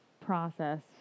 process